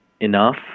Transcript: enough